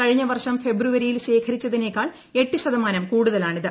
കഴിഞ്ഞ വർഷം ഫെബ്രുവരിയിൽ ശ്ശ്ഖ്ഖരിച്ച്ചതിനെക്കാൾ എട്ടു ശതമാനം കൂടുതലാണിത്